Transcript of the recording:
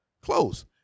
close